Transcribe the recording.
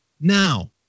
Now